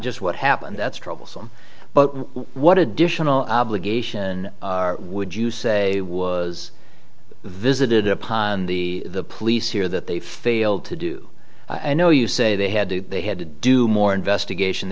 just what happened that's troublesome but what additional obligation would you say was visited upon the police here that they failed to do i know you say they had they had to do more investigation